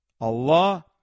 Allah